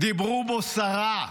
דיברו בו סרה,